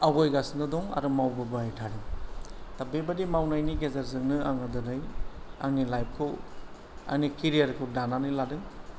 आवगायगासिनो दं आरो मावबोबाय थादों दा बेबादि मावनायनि गेजेरजोंनो आङो दिनै आंनि लाइफखौ आंनि केरियारखौ दानानै लादों